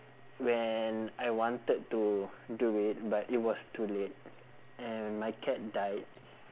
when I wanted to do it but it was too late and my cat died